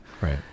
Right